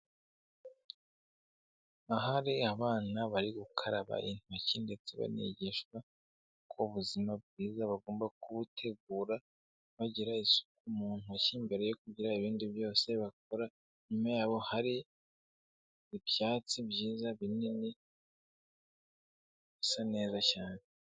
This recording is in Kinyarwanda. Ahari abana bari gukaraba intoki ndetse banigishwa ko ubuzima bwiza bagomba kubutegura, bagira isuku mu ntoki mbere yo kugira ibindi byose bakora, inyuma yabo hari ibyatsi byiza binini, bisa neza cyane.